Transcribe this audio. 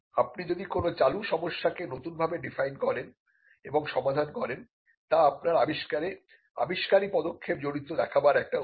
আপনি যদি কোন চালু সমস্যাকে নতুনভাবে ডিফাইন করেন এবং সমাধান করেন তা আপনার আবিষ্কারে আবিষ্কারী পদক্ষেপ জড়িত দেখাবার একটি উপায়